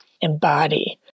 embody